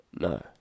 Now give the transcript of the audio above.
No